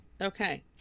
okay